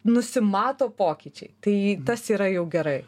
nusimato pokyčiai tai tas yra jau gerai